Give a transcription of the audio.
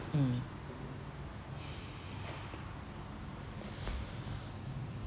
mm